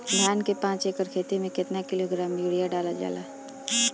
धान के पाँच एकड़ खेती में केतना किलोग्राम यूरिया डालल जाला?